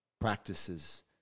practices